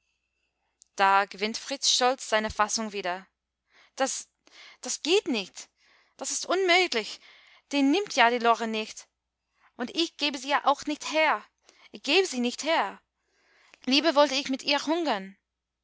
da gewinnt fritz scholz seine fassung wieder das das geht nicht das ist unmöglich den nimmt ja die lore nicht und ich geb sie ja auch nicht her ich geb sie nicht her lieber wollte ich mit ihr hungern